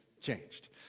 changed